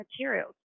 materials